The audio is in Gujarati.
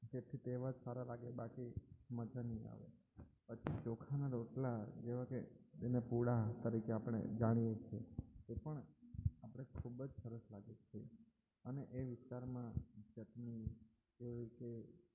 જેથી તે એવા જ સારા લાગે બાકી મઝા નહીં આવે અત્યારે ચોખાના રોટલા જેવા કે એને પૂળા તરીકે આપણે જાણીએ છીએ એ પણ આપણે ખૂબ જ સરસ લાગે છે અને એ વિસ્તારમાં ચટણી જેવી કે